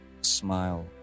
smile